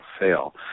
fail